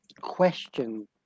question